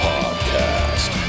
Podcast